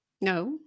No